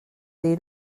dir